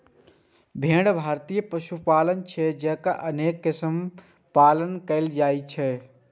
भेड़ भारतीय पशुधन छियै, जकर अनेक किस्मक पालन कैल जाइ छै